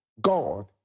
God